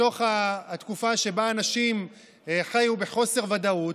לתקופה שבה אנשים חיו בחוסר ודאות,